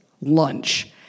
lunch